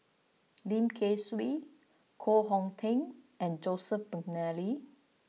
Lim Kay Siu Koh Hong Teng and Joseph McNally